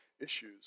issues